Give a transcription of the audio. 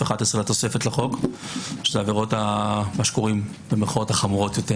11 לתוספת לחוק של העבירות מה שקוראים במירכאות החמורות יותר